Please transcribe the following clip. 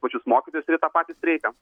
pačius mokytojus ir į tą patį streiką